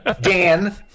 Dan